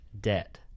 debt